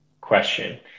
question